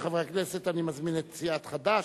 רבותי חברי הכנסת, אני מזמין את סיעת חד"ש,